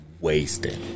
wasted